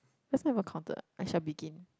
that's not even counted I shall begin